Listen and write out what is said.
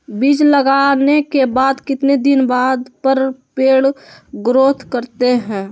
बीज लगाने के बाद कितने दिन बाद पर पेड़ ग्रोथ करते हैं?